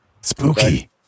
Spooky